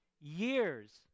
years